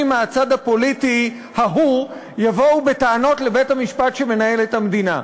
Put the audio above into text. מהצד הפוליטי ההוא יבואו בטענות לבית-המשפט שמנהל את המדינה.